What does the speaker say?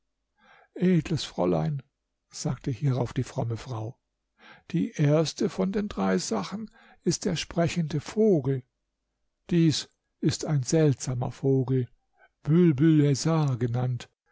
edles fräulein sagte hierauf die fromme frau die erste von den drei sachen ist der sprechende vogel dies ist ein seltsamer vogel bülbülhesar genannt